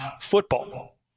football